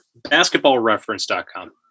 BasketballReference.com